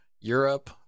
Europe